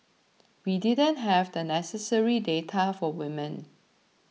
we didn't have the necessary data for women